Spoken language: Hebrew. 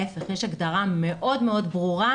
יש הגדרה מאוד מאוד ברורה.